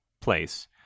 place